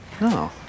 No